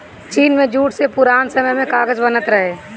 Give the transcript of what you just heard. चीन में जूट से पुरान समय में कागज बनत रहे